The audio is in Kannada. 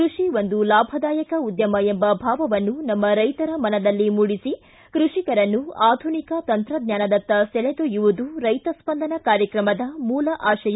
ಕೃಷಿ ಒಂದು ಲಾಭದಾಯಕ ಉದ್ದಮ ಎಂಬ ಭಾವವನ್ನು ನಮ್ಮ ರೈತರ ಮನದಲ್ಲಿ ಮೂಡಿಸಿ ಕೃಷಿಕರನ್ನು ಆಧುನಿಕ ತಂತ್ರಜ್ಞಾನದತ್ತ ಸೆಳೆದೊಯ್ಯವುದು ರೈತ ಸ್ವಂದನ ಕಾರ್ಯಕ್ರಮದ ಮೂಲ ಆಶಯ